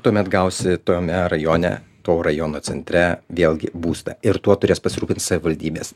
tuomet gausi tame rajone to rajono centre vėlgi būstą ir tuo turės pasirūpint savivaldybės